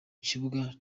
kibuga